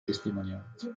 testimonianza